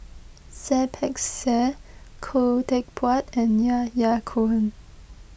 Seah Peck Seah Khoo Teck Puat and Yahya Cohen